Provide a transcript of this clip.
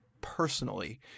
personally